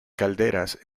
calderas